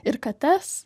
ir kates